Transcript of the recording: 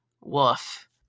woof